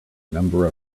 number